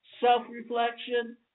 self-reflection